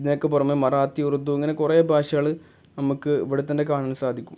ഇതിനൊക്കെ പുറമെ മറാത്തി ഉറുദു അങ്ങനെ കുറേ ഭാഷകൾ നമുക്ക് ഇവിടെത്തന്നെ കാണാൻ സാധിക്കും